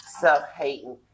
self-hating